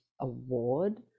award